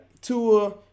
Tua